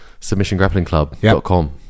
submissiongrapplingclub.com